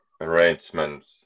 arrangements